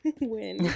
win